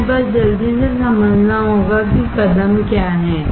हमें बस जल्दी से समझना होगा कि कदम क्या हैं